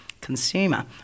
consumer